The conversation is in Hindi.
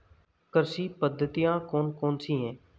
कृषि पद्धतियाँ कौन कौन सी हैं?